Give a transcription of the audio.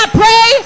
pray